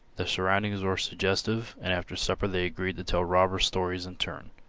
the surroundings were suggestive, and after supper they agreed to tell robber stories in turn.